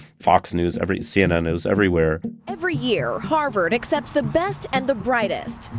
fox news, every cnn. it was everywhere every year, harvard accepts the best and the brightest.